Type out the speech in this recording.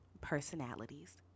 personalities